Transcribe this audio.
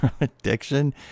addiction